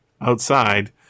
outside